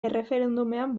erreferendumean